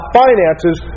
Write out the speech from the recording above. finances